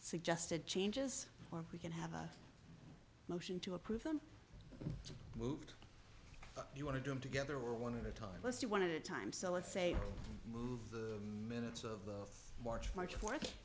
suggested changes or we can have a motion to approve them to move you want to do them together or one of the time let's do one of the time so let's say move the minutes of march march wor